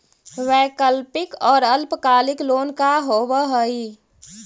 वैकल्पिक और अल्पकालिक लोन का होव हइ?